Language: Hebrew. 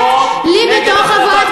בבקשה, אני מאפשר לך.